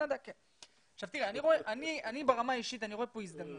אני ברמה האישית רואה פה הזדמנות.